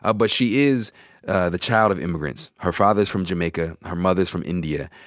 ah but she is the child of immigrants. her father's from jamaica. her mother's from india.